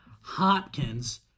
Hopkins